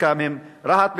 וחלקם הם: רהט בדרום,